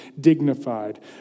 dignified